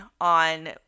on